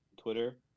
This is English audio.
Twitter